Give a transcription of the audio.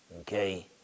okay